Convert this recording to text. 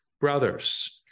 brothers